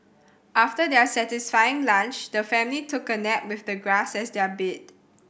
after their satisfying lunch the family took a nap with the grass as their bed